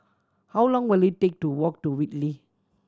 how long will it take to walk to Whitley